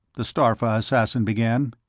the starpha assassin began.